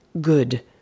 Good